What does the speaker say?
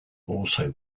also